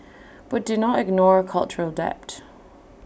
but do not ignore cultural debt